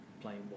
playing